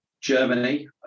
Germany